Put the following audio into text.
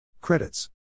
Credits